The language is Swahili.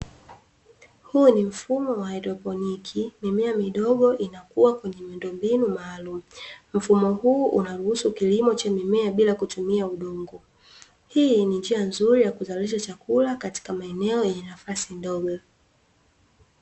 Huu ni mfumo ya haidroponiki mimea midogo inakuwa kwenye miundombinu maalum, mfumo huu unaruhusu kilimo cha mimea bila kutumia udongo. Hii ni njia nzuri ya kuzalisha chakula katika maeneo yenye nafasi ndogo.